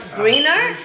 greener